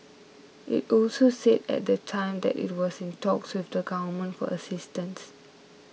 it also said at the time that it was in talks with the Government for assistance